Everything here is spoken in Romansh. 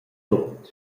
tut